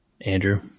Andrew